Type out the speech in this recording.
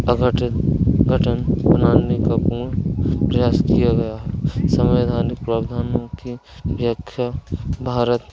अघटित घटन मानने का पूर्ण प्रयास किया गया है संवेधानिक प्रावधानों की व्याख्या भारत